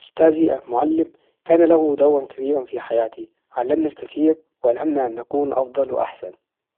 أستاذي المعلم كان له دورا كبيرا في حياتي، علمني الكثير وألهمنا أن نكون أفضل وأحسن.